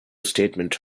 statement